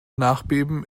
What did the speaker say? nachbeben